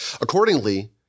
Accordingly